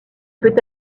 peut